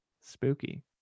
spooky